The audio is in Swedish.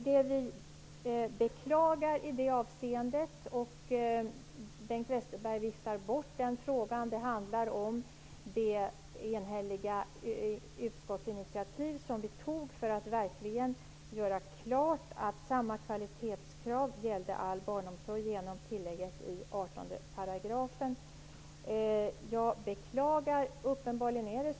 Det vi beklagar, och som Bengt Westerberg viftar bort, är det enhälliga utskottsinitiativ som vi tog för att verkligen göra klart att samma kvalitetskrav gällde all barnomsorg, dvs. med hjälp av tillägget i 18 §.